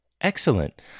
excellent